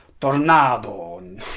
tornado